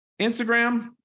instagram